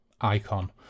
icon